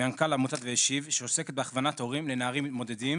מנכ"ל עמותת "והשיב" שעוסקת בהכוונת הורים לנערים בודדים